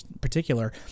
particular